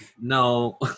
No